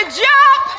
jump